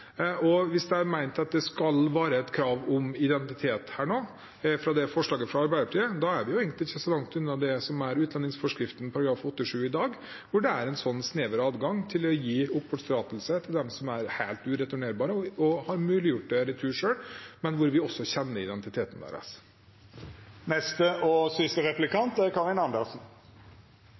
Hvis de mente at det skal være et krav om identitet, som i forslaget fra Arbeiderpartiet, er vi egentlig ikke så langt unna utlendingsforskriften § 87 i dag, hvor det er en sånn snever adgang til å gi oppholdstillatelse til dem som er helt ureturnerbare, og som har muliggjort retur selv, men hvor vi også kjenner identiteten deres. Jeg må si jeg blir ganske forferdet over at statsråden nå står og